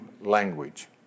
language